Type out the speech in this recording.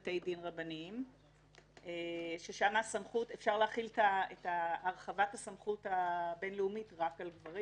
שם אפשר להחיל את הרחבת הסמכות הבין לאומית רק על גברים.